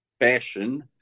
fashion